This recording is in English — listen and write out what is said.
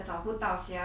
ya sia